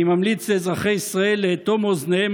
אני ממליץ לאזרחי ישראל לאטום אוזניהם